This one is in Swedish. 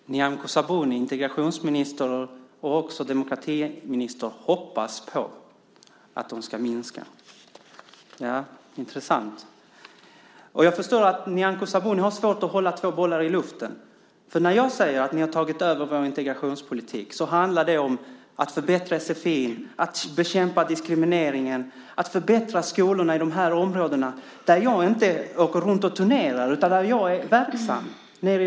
Fru talman! Statsrådet Nyamko Sabuni, integrationsminister och demokratiminister, hoppas att Sverigedemokraterna ska minska. Det är intressant. Jag förstår att Nyamko Sabuni har svårt att hålla två bollar i luften. När jag säger att ni har tagit över vår integrationspolitik handlar det om att förbättra sfi, att bekämpa diskriminering och att förbättra skolorna i dessa områden. Jag turnerar inte i dessa områden utan jag är verksam där.